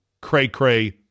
cray-cray